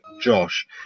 Josh